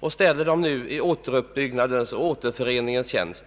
och ställer dem nu i återuppbyggnadens och återföreningens tjänst.